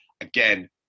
Again